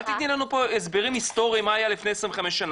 אל תיתני לנו פה הסברים היסטוריים מה היה לפני 25 שנה,